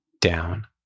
down